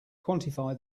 quantify